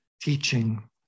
teaching